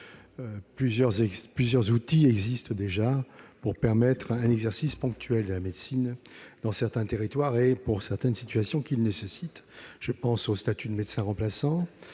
Plusieurs outils existent déjà pour permettre l'exercice ponctuel de la médecine dans certains territoires et dans certaines situations qui le nécessitent ; je pense aux statuts de médecin remplaçant,